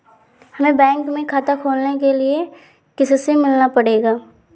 हमे बैंक में खाता खोलने के लिए किससे मिलना पड़ेगा?